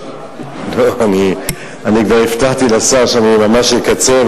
אני כבר הבטחתי לשר שאני ממש אקצר,